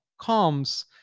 comes